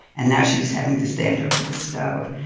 and now she was having to stand over the stove.